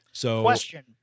Question